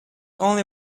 only